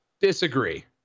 disagree